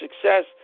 success